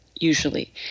usually